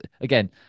Again